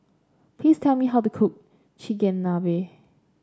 please tell me how to cook Chigenabe